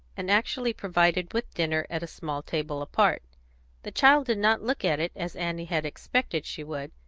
and actually provided with dinner at a small table apart the child did not look at it as annie had expected she would,